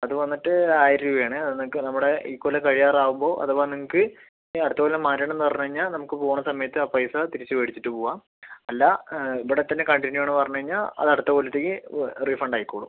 അതുവന്നിട്ട് ആയിരം രൂപയാണ് അത് നിങ്ങൾക്ക് നമ്മുടെ ഇക്കൊല്ലം കഴിയാറാകുമ്പോൾ അഥവാ നിങ്ങൾക്ക് അടുത്തകൊല്ലം മാറ്റണമെന്നു പറഞ്ഞുകഴിഞ്ഞാൽ നമുക്ക് പോണസമയത്ത് ആ പൈസ തിരിച്ചുമേടിച്ചിട്ട് പോകാം അല്ല ഇവിടെത്തന്നെ കണ്ടിന്യു ചെയ്യണമെന്ന് പറഞ്ഞുകഴിഞ്ഞാൽ അതടുത്ത കൊല്ലത്തേക്ക് റീഫണ്ട് ആയിക്കോളും